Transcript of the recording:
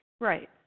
Right